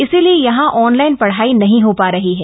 इसलिए यहां ऑनलाइन पढ़ाई नहीं हो पा रही है